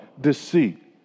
deceit